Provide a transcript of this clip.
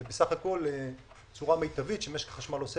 זה בסך הכל צורה מיטבית שמשק החשמל עושה